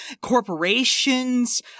corporations